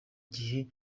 gihe